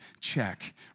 check